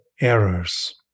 errors